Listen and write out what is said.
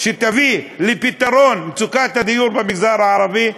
שתביא לפתרון מצוקת הדיור במגזר הערבי,